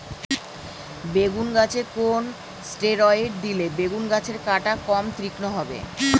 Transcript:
বেগুন গাছে কোন ষ্টেরয়েড দিলে বেগু গাছের কাঁটা কম তীক্ষ্ন হবে?